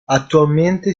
attualmente